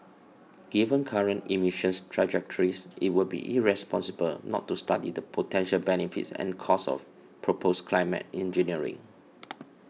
given current emissions trajectories it would be irresponsible not to study the potential benefits and costs of proposed climate engineering